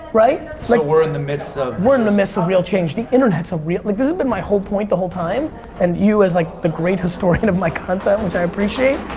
right? so like we're in the midst of we're in the midst of real change. the internet's a real. like this has been my whole point the whole time and you as like the great historian of my content, which i appreciate.